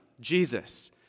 Jesus